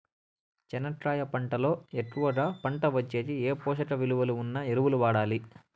చెనక్కాయ పంట లో ఎక్కువగా పంట వచ్చేకి ఏ పోషక విలువలు ఉన్న ఎరువులు వాడాలి?